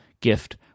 gift